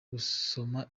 gusoma